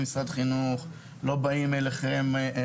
לא למשרד החינוך ולא לחברי